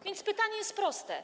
A więc pytanie jest proste,